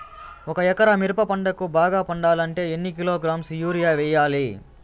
ఒక ఎకరా మిరప పంటకు బాగా పండాలంటే ఎన్ని కిలోగ్రామ్స్ యూరియ వెయ్యాలి?